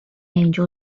angel